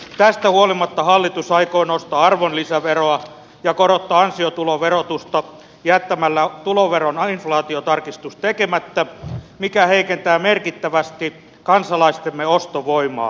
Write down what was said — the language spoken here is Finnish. tästä huolimatta hallitus aikoo nostaa arvonlisäveroa ja korottaa ansiotuloverotusta jättämällä tuloveron inflaatiotarkistuksen tekemättä mikä heikentää merkittä västi kansalaistemme ostovoimaa